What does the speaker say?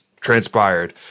transpired